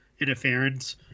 interference